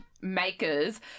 makers